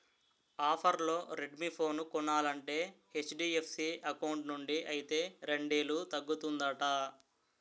ఆఫర్లో Redmi phone కొనాలంటే HDFC account నుండి అయితే రెండేలు తగ్గుతుందట